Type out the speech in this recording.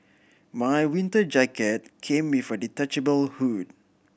my winter jacket came with a detachable hood